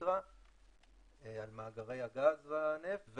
על מאגרי הגז והנפט,